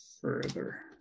further